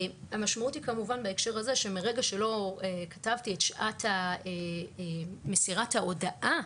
המשמעות בהקשר הזה היא כמובן שמרגע שלא כתבתי את שעת מסירת ההודעה